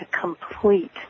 complete